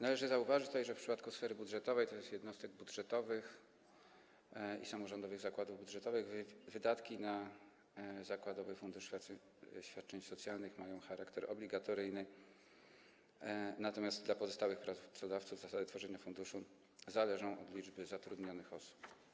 Należy zauważyć także, że w przypadku sfery budżetowej, tj. jednostek budżetowych i samorządowych zakładów budżetowych, wydatki na zakładowy fundusz świadczeń socjalnych mają charakter obligatoryjny, natomiast dla pozostałych pracodawców zasady tworzenia funduszu zależą od liczby zatrudnionych osób.